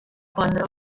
pondre